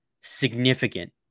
significant